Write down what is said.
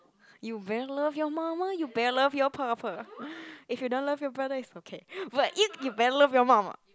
you better love your mama you better love your papa if you don't love your brother it's okay but you~ you better love your mama